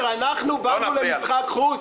מאיר, אנחנו באנו למשחק חוץ.